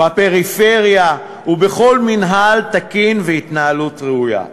בפריפריה ובכל מינהל תקין והתנהלות ראויה.